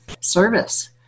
service